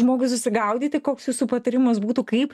žmogui susigaudyti koks jūsų patarimas būtų kaip